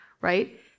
right